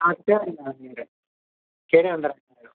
हा कहिड़े हंधि आहे